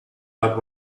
bad